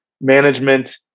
management